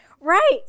Right